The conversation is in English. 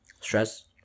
Stress